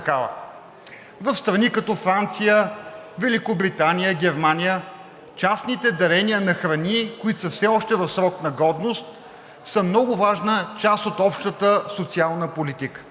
В страни като Франция, Великобритания, Германия частните дарения на храни, които са все още в срок на годност, са много важна част от общата социална политика.